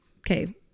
Okay